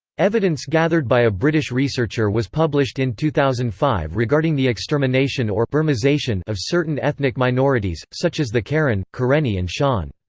evidence gathered by a british researcher was published in two thousand and five regarding the extermination or burmisation of certain ethnic minorities, such as the karen, karenni and shan.